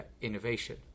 innovation